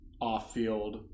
off-field